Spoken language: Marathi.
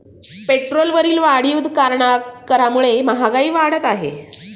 पेट्रोलवरील वाढीव करामुळे महागाई वाढत आहे